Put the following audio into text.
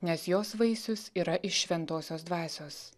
nes jos vaisius yra iš šventosios dvasios